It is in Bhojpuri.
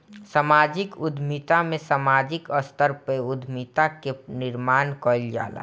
समाजिक उद्यमिता में सामाजिक स्तर पअ उद्यमिता कअ निर्माण कईल जाला